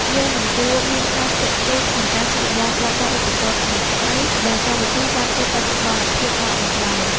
យើងមិនគួរមានការស្ទាក់ស្ទើរក្នុងការសាកល្បងប្រើប្រាស់ឧបករណ៍ថ្មីៗដែលកម្មវិធីបានធ្វើបច្ចុប្បន្នភាពមកនោះឡើយ។